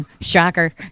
shocker